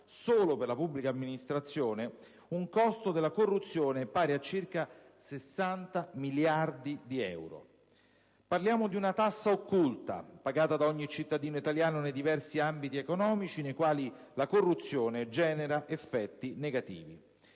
solo per la pubblica amministrazione, un costo della corruzione pari a circa 60 miliardi di euro. Parliamo di una tassa occulta, pagata da ogni cittadino italiano nei diversi ambiti economici nei quali la corruzione genera effetti negativi.